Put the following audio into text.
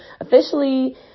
officially